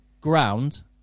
ground